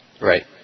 Right